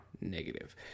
negative